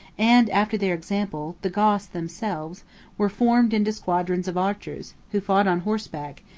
and, after their example, the goths themselves were formed into squadrons of archers who fought on horseback,